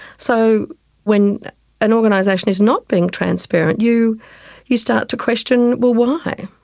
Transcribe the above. so when an organisation is not being transparent, you you start to question why.